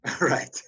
Right